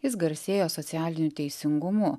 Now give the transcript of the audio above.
jis garsėjo socialiniu teisingumu